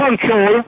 control